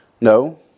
no